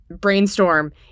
Brainstorm